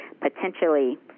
potentially